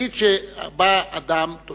נגיד שבא אדם שהוא